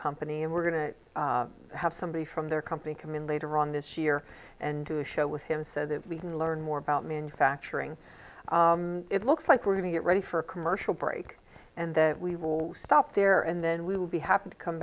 company and we're going to have somebody from their company come in later on this year and do a show with him so that we can learn more about manufacturing it looks like we're going to get ready for a commercial break and we will stop there and then we will be happy to come